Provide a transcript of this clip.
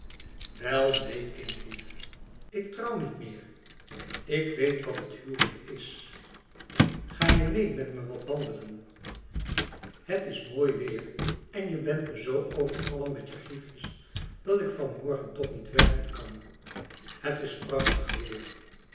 wel neen kindlief ik trouw niet meer ik weet wat het huwelijk is ga je meê met me wat wandelen het is mooi weêr en je bent me zoo overvallen met je griefjes dat ik van morgen toch niet werken kan het is prachtig weêr